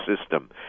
system